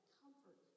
comfort